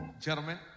gentlemen